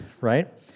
right